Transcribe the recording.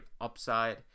upside